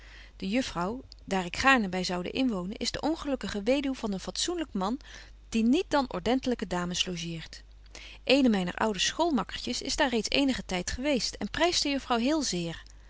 de juffrouw daar ik gaarne by zoude inwonen is de ongelukkige weduw van een fatsoenbetje wolff en aagje deken historie van mejuffrouw sara burgerhart lyk man die niet dan ordentelyke dames logeert eene myner oude schoolmakkertjes is daar reeds eenigen tyd geweest en pryst de juffrouw heel zeer